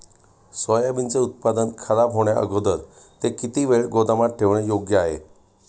सोयाबीनचे उत्पादन खराब होण्याअगोदर ते किती वेळ गोदामात ठेवणे योग्य आहे?